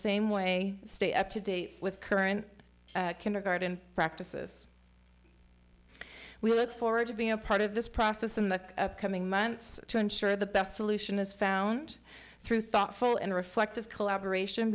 same way stay up to date with current kindergarten practices we look forward to being a part of this process in the coming months to ensure the best solution is found through thoughtful and reflective collaboration